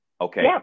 Okay